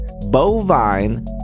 Bovine